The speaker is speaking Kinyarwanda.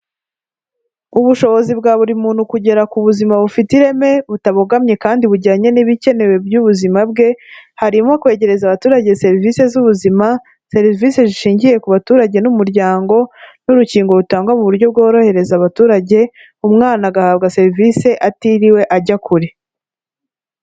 Ubushobozi bwa buri muntu kugera ku buzima bufite ireme, butabogamye kandi bujyanye n'ibikenewe by'ubuzima bwe, harimo kwegereza abaturage serivisi z'ubuzima, serivisi zishingiye ku baturage n'umuryango, n'urukingo rutangwa mu buryo bworohereza abaturage, umwana agahabwa serivisi atiriwe ajya kure.